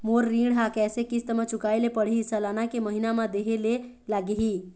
मोर ऋण ला कैसे किस्त म चुकाए ले पढ़िही, सालाना की महीना मा देहे ले लागही?